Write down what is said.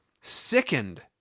sickened